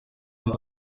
izo